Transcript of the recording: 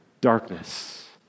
darkness